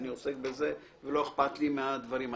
אני עוסק בזה ולא אכפת לי מהדברים האחרים.